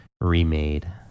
remade